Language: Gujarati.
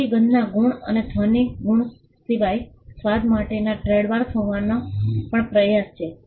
તેથી ગંધના ગુણ અને ધ્વનિ ગુણ સિવાય સ્વાદ માટેના ટ્રેડમાર્ક હોવાનો પણ પ્રયાસ છે